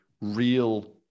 real